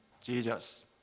Jesus